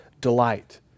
delight